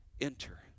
enter